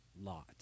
Lot